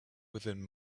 within